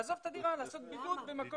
לעזוב את הדירה, לעשות בידוד במקום אחר.